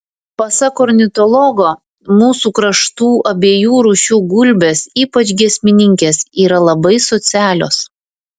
pasak ornitologo mūsų kraštų abiejų rūšių gulbės ypač giesmininkės yra labai socialios